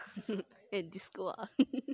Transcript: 给你 scold ah